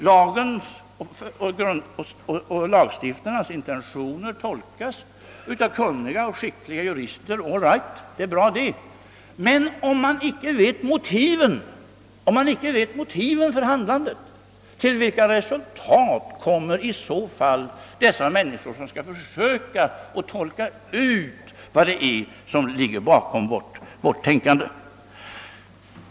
Lagen och lagstiftarnas intentioner skall tolkas av kunniga och skickliga jurister. Det är bra. Men om de icke känner till motiven för handlandet, till vilka resultat kommer i så fall dessa människor, som skall försöka analysera fram vad som ligger bakom vårt tänkande?